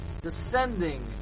descending